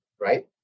right